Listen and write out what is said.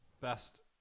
Best